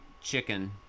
chicken